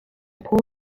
poor